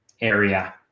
area